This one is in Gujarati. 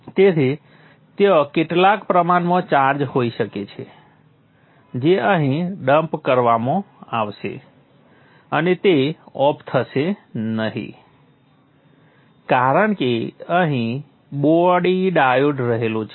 તેથી ત્યાં કેટલાક પ્રમાણમાં ચાર્જ હોઈ શકે છે જે અહીં ડમ્પ કરવામાં આવશે અને તે ઓફ થશે નહીં કારણ કે અહીં બોડી ડાયોડ રહેલો છે